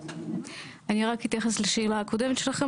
אני רק אתייחס לשאלה הקודמת שלכם,